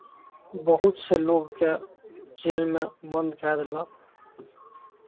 बहुतसँ लोककेँ जेलमे बन्द कए देलक